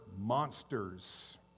monsters